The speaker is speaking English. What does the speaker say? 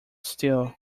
still